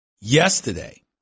Yesterday